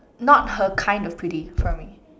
not her kind of pretty for me